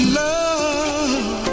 love